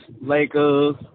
Lakers